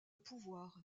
pouvoir